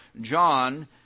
John